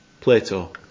Plato